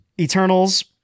eternals